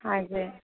हजुर